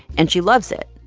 and she loves it.